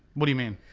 what do you mean?